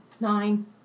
Nine